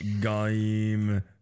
game